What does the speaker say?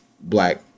black